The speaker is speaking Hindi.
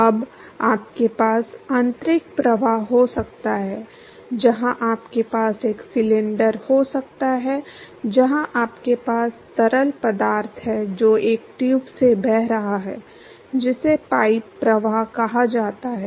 अब आपके पास आंतरिक प्रवाह हो सकता है जहां आपके पास एक सिलेंडर हो सकता है जहां आपके पास तरल पदार्थ है जो एक ट्यूब से बह रहा है जिसे पाइप प्रवाह कहा जाता है